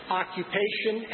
occupation